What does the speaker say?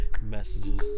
messages